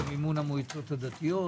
זה מימון המועצות הדתיות,